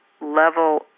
level